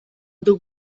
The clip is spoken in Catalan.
duc